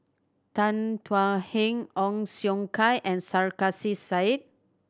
Tan Thuan Heng Ong Siong Kai and Sarkasi Said